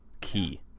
key